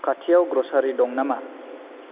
खाथिआव ग्रचारि दं नामा